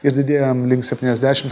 ir didėjam link septyniasdešim